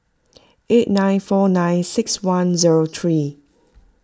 eight nine four nine six one zero three